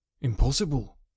Impossible